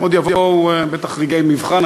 ועוד יבואו בטח רגעי מבחן.